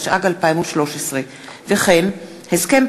התשע"ג 2013. הסכם